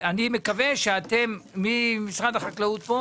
מי נמצא פה ממשרד החקלאות?